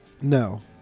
No